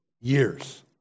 years